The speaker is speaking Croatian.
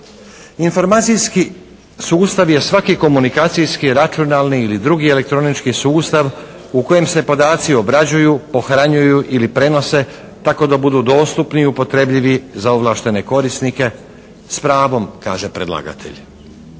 Informacijski sustav je svaki komunikacijski, računalni ili drugi elektronički sustav u kojem se podaci obrađuju, pohranjuju ili prenose tako da budu dostupni i upotrebljivi za ovlaštene korisnike s pravom, kaže predlagatelj.